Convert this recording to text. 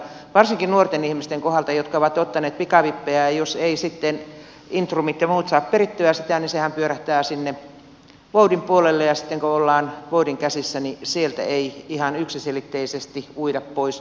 varsinkin nuorten ihmisten kohdallahan jotka ovat ottaneet pikavippejä jos eivät sitten intrumit ja muut saa perittyä sitä se pyörähtää sinne voudin puolelle ja sitten kun ollaan voudin käsissä niin sieltä ei ihan yksiselitteisesti uida pois